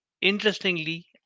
interestingly